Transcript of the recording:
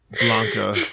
Blanca